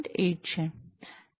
8 છે